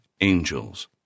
Angels